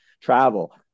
travel